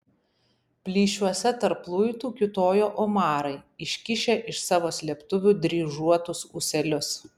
plyšiuose tarp luitų kiūtojo omarai iškišę iš savo slėptuvių dryžuotus ūselius